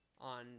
on